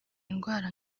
indwara